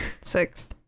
Six